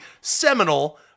seminal